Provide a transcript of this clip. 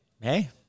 hey